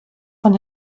von